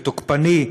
ותוקפני,